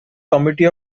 committee